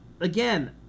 Again